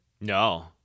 No